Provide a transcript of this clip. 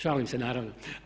Šalim se naravno.